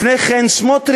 לפני כן סמוטריץ,